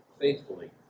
faithfully